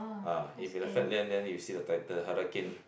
ah if in the flat land then you see the title hurricane